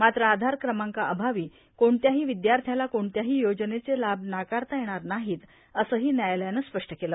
मात्र आधार क्रमांकाअभावी कोणत्याही विद्यार्थ्याला कोणत्याही योजनेचे लाभ नाकारता येणार नाहीत असंही न्यायालयानं स्पष्ट केलं